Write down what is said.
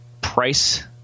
price